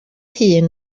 hun